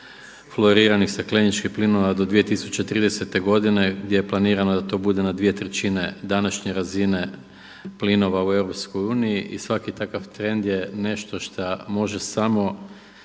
flouriranih stakleničkih plinova do 2030. godine gdje je planirano da to bude na dvije trećine današnje razine plinova u EU i svaki takav trend je nešto šta može samo